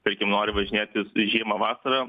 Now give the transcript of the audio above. tarkim nori važinėtis žiemą vasarą